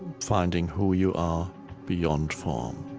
finding who you are beyond form,